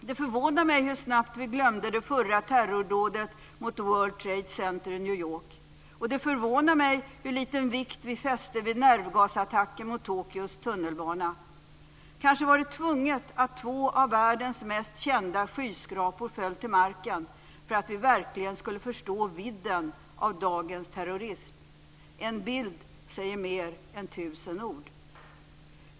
Det förvånar mig hur snabbt vi glömde det förra terrordådet mot World Trade Center i New York, och det förvånar mig hur liten vikt vi fäste vid nervgasattacken mot Tokyos tunnelbana. Kanske var det tvunget att två av världens mest kända skyskrapor föll till marken för att vi verkligen skulle förstå vidden av dagens terrorism. En bild säger mer än tusen ord.